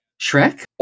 shrek